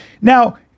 Now